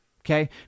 Okay